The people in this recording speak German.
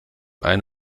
ein